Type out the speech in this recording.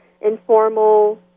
informal